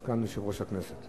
סגן יושב-ראש הכנסת.